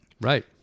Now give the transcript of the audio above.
right